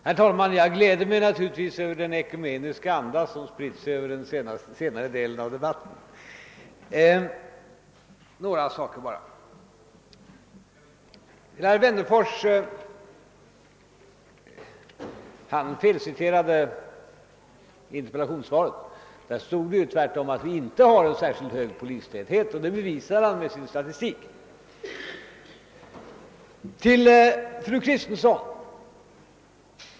Herr talman! Jag gläder mig naturligtvis över den ekumeniska anda som spritt sig över den senare delen av debatten. Låt mig bara beröra några saker. Herr Wennerfors felciterade interpellationssvaret. Där står ju att vi inte har någon särskilt hög polistäthet, och det bevisade herr Wennerfors själv med sin statistik.